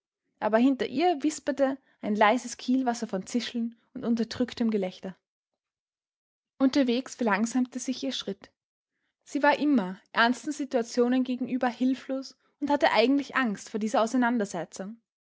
aber hinter ihr wisperte ein leises kielwasser von zischeln und unterdrücktem gelächter unterwegs verlangsamte sich ihr schritt sie war immer ernsten situationen gegenüber hilflos und hatte eigentlich angst vor dieser auseinandersetzung